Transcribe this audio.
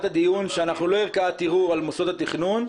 הדיון שאנחנו לא ערכאת ערעור על מוסדות התכנון,